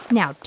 Now